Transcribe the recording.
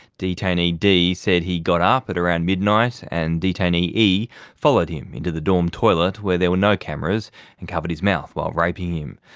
detainee d said he got up at around midnight and detainee e followed him into the dorm toilet where there were no cameras and covered his mouth while raping him.